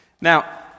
Now